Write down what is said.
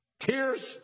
tears